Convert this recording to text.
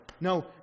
no